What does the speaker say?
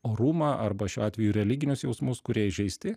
orumą arba šiuo atveju religinius jausmus kurie įžeisti